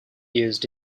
used